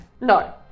No